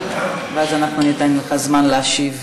ואז אנחנו ניתן לך זמן להשיב.